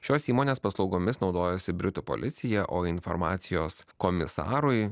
šios įmonės paslaugomis naudojasi britų policija o informacijos komisarui